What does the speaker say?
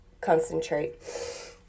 concentrate